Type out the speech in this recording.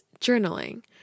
journaling